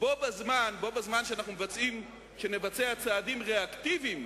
בו בזמן, בזמן שנבצע צעדים ריאקטיביים